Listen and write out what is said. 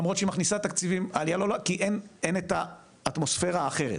למרות שהיא מכניסה תקציבים --- האטמוספירה אחרת.